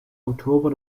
oktober